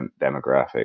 demographic